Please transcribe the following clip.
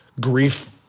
grief